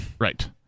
Right